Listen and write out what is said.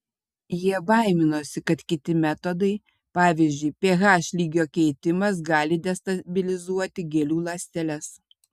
jie baiminosi kad kiti metodai pavyzdžiui ph lygio keitimas gali destabilizuoti gėlių ląsteles